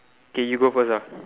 K you go first ah